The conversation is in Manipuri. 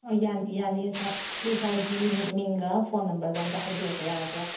ꯑꯥ ꯌꯥꯅꯤ ꯌꯥꯅꯤꯌꯦ ꯁꯥꯔ ꯑꯗꯣ ꯁꯥꯔꯒꯤ ꯃꯤꯡꯒ ꯐꯣꯟ ꯅꯝꯕꯔꯒ ꯑꯝꯇ ꯍꯥꯏꯕꯤꯔꯛꯄ ꯌꯥꯒꯗ꯭ꯔꯥ